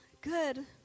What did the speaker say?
good